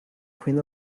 queen